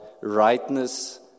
rightness